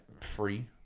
free